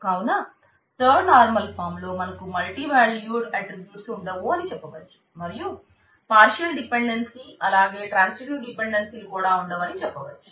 కావున third normal form లో మనకు మల్టీ వ్యాల్యూడ్ ఆట్రిబ్యూట్స్ ఉండవు అని చెప్పవచ్చు మరియు పార్షల్ డిపెండెన్సీ అలాగే ట్రాన్సిటివ్ డిపెండెన్సీ లు కూడా ఉండవని చెప్పవచ్చు